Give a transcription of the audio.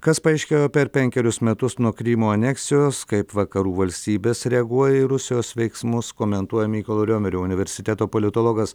kas paaiškėjo per penkerius metus nuo krymo aneksijos kaip vakarų valstybės reaguoja į rusijos veiksmus komentuoja mykolo riomerio universiteto politologas